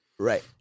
Right